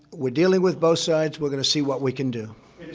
we're dealing with both sides. we're going to see what we can do.